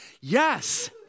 yes